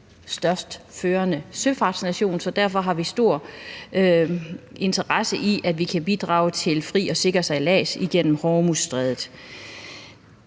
femtestørste søfartsnation, så derfor har vi stor interesse i, at vi kan bidrage til fri og sikker sejlads igennem Hormuzstrædet.